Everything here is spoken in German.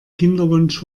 kinderwunsch